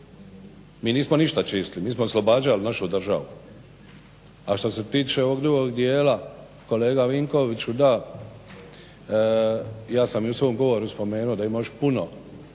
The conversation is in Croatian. Mi nismo ništa čistili, mi smo oslobađali našu državu. A što se tiče ovog drugog dijela, kolega Vinkoviću, da, ja sam i u svom govoru spomenuo da ima još puno